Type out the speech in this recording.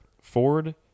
Ford